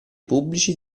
pubblici